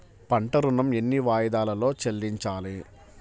పంట ఋణం ఎన్ని వాయిదాలలో చెల్లించాలి?